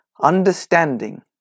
understanding